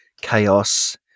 chaos